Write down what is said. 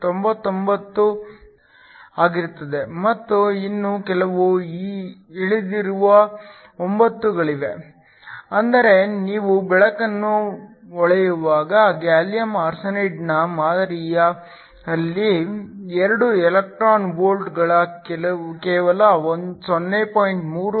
999 ಆಗಿರುತ್ತದೆ ಮತ್ತು ಇನ್ನೂ ಕೆಲವು ಹಿಂದುಳಿದಿರುವ 9 ಗಳಿವೆ ಅಂದರೆ ನೀವು ಬೆಳಕನ್ನು ಹೊಳೆಯುವಾಗ ಗ್ಯಾಲಿಯಂ ಆರ್ಸೆನೈಡ್ನ ಮಾದರಿಯಲ್ಲಿ 2 ಎಲೆಕ್ಟ್ರಾನ್ ವೋಲ್ಟ್ಗಳು ಕೇವಲ 0